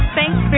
Thanks